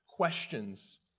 Questions